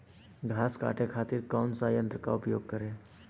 घास काटे खातिर कौन सा यंत्र का उपयोग करें?